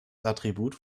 attribut